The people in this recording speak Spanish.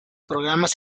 programas